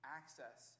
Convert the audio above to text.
access